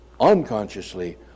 unconsciously